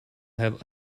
have